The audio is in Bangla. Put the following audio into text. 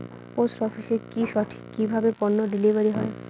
পোস্ট অফিসে কি সঠিক কিভাবে পন্য ডেলিভারি হয়?